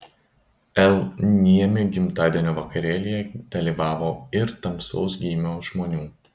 l niemi gimtadienio vakarėlyje dalyvavo ir tamsaus gymio žmonių